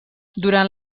durant